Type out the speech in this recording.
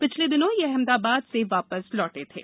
पिछले दिनों ये अहमदाबाद से वापस लौटे थे